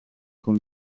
con